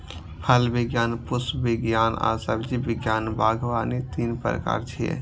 फल विज्ञान, पुष्प विज्ञान आ सब्जी विज्ञान बागवानी तीन प्रकार छियै